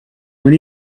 when